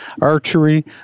archery